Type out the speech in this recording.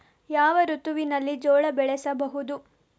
ಯಾವ ಋತುವಿನಲ್ಲಿ ಜೋಳ ಬೆಳೆಸಬಹುದು?